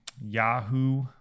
Yahoo